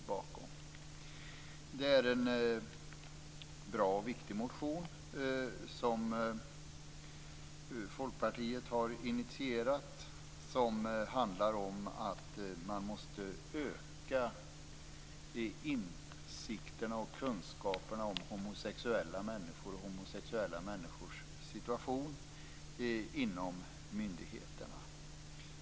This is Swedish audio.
Folkpartiet har initierat en bra och viktig motion som handlar om att man inom myndigheterna måste öka insikterna och kunskaperna om homosexuella människor och deras situation.